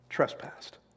Trespassed